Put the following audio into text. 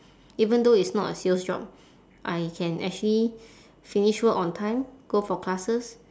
even though it's not a sales job I can actually finish work on time go for classes